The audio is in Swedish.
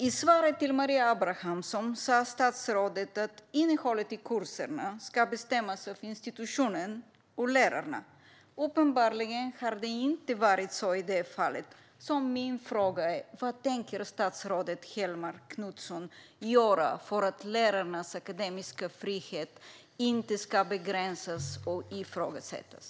I svaret till Maria Abrahamsson sa statsrådet att innehållet i kurserna ska bestämmas av institutionen och lärarna. Uppenbarligen har det inte varit så i detta fall, så min fråga är: Vad tänker statsrådet Hellmark Knutsson göra för att lärarnas akademiska frihet inte ska begränsas och ifrågasättas?